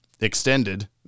extended